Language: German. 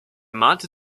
malte